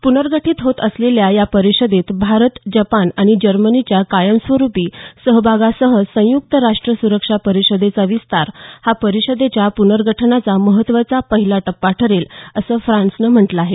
पुनर्गठीत होत असलेल्या या परिषदेत भारत जपान आणि जर्मनीच्या कायमस्वरुपी सहभागासह संयुक्त राष्ट्र सुरक्षा परिषदेचा विस्तार हा परिषदेच्या प्नर्गठनाचा महत्त्वाचा पहिला टप्पा ठरेल असं फ्रान्सनं म्हटलं आहे